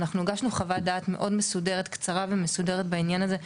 אנחנו הגשנו חוות דעת מאוד מסודרת קצרה ומסודרת בעניין הזה,